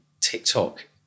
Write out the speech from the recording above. TikTok